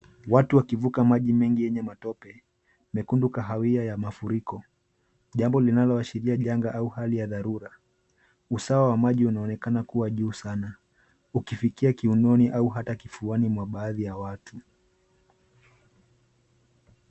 Watu wakivuka maji mengi yenye matope mekundu kahawia ya matope jambo linaloashiria janga au hali ya dharura. Usawa wa maji unaonekana kuwa juu sana ukifikia kiunoni au kifuani mwa baadhi ya watu.